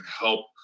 help